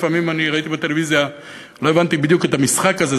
לפעמים ראיתי בטלוויזיה ולא הבנתי בדיוק את המשחק הזה.